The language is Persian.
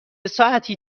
ساعتی